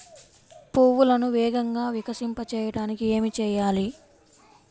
పువ్వులను వేగంగా వికసింపచేయటానికి ఏమి చేయాలి?